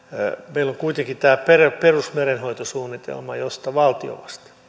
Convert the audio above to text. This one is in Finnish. meillä on kuitenkin tämä perusmerenhoitosuunnitelma josta valtio